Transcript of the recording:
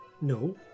no